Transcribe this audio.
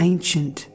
Ancient